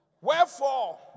Wherefore